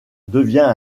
devient